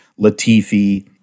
Latifi